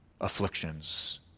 afflictions